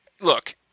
look